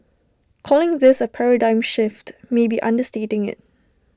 calling this A paradigm shift may be understating IT